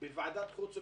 בוועדת החוץ והביטחון,